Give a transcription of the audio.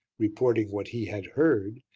reporting what he had heard,